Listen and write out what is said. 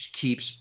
keeps